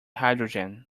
hydrogen